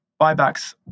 buybacks